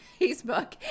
Facebook